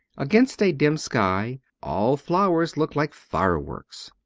against a dim sky all flowers look like fireworks.